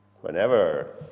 Whenever